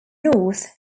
north